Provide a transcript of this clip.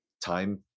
time